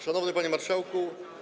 Szanowny Panie Marszałku!